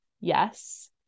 yes